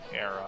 era